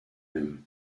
même